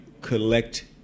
collect